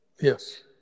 Yes